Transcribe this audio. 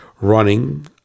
running